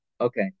Okay